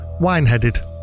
Wineheaded